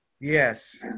Yes